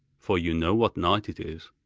for you know what night it is